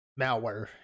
malware